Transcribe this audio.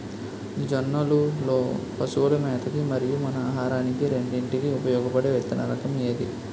జొన్నలు లో పశువుల మేత కి మరియు మన ఆహారానికి రెండింటికి ఉపయోగపడే విత్తన రకం ఏది?